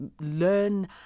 learn